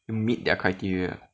you meet their criteria